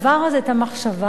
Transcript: את המחשבה הזאת,